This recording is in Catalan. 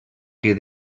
que